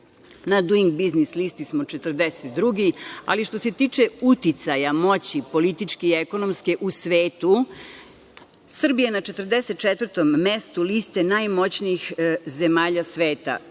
Na Duing biznis listi smo 42, ali što se tiče uticaja moći, političke i ekonomske u svetu, Srbija je na 44. mestu liste najmoćnijih zemalja sveta.